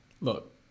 Look